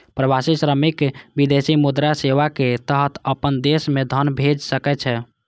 प्रवासी श्रमिक विदेशी मुद्रा सेवाक तहत अपना देश मे धन भेज सकै छै